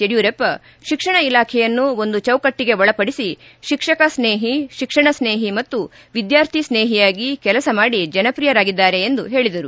ಯಡಿಯೂರಪ್ಪ ಶಿಕ್ಷಣ ಇಲಾಖೆಯನ್ನು ಒಂದು ಚೌಕಟ್ಟಿಗೆ ಒಳಪಡಿಸಿ ಶಿಕ್ಷಕ ಸ್ನೇಹಿ ಶಿಕ್ಷಣ ಸ್ನೇಹಿ ಮತ್ತು ವಿದ್ಯಾರ್ಥಿ ಸ್ನೇಹಿಯಾಗಿ ಕೆಲಸ ಮಾಡಿ ಜನಪ್ರಿಯರಾಗಿದ್ದಾರೆ ಎಂದು ಹೇಳಿದರು